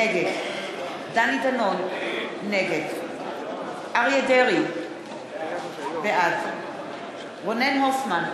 נגד דני דנון, נגד אריה דרעי, בעד רונן הופמן,